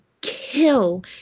kill